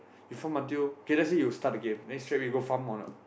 you farm until okay let's say you start the game then straight away you go farm or not